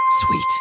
Sweet